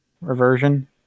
reversion